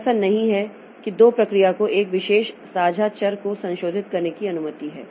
तो ऐसा नहीं है कि दो प्रक्रिया को एक विशेष साझा चर को संशोधित करने की अनुमति है